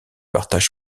partage